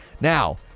Now